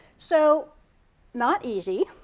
so not easy.